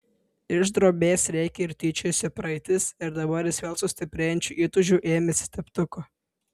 iš drobės rėkė ir tyčiojosi praeitis ir dabar jis vėl su stiprėjančiu įtūžiu ėmėsi teptuko